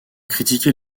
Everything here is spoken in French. critiqué